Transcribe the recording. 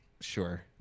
Sure